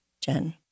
Jen